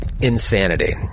insanity